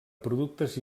productes